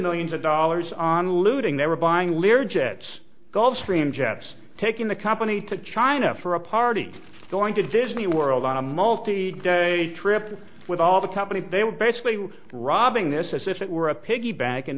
millions of dollars on looting they were buying lear jets gulfstream jets taking the company to china for a party going to disney world on a multi day trip with all the top and they were basically robbing this as if it were a piggy bank and